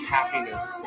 Happiness